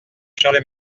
charles